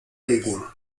digging